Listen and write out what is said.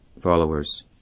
followers